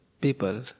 people